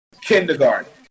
kindergarten